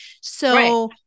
So-